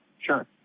Sure